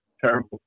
terrible